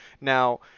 Now